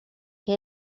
que